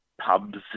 pubs